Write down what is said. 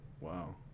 Wow